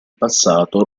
passato